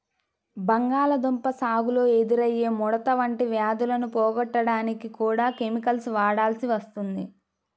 బంగాళాదుంప సాగులో ఎదురయ్యే ముడత వంటి వ్యాధులను పోగొట్టడానికి కూడా కెమికల్స్ వాడాల్సి వస్తుంది